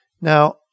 Now